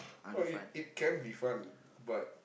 oh it it can't be fun but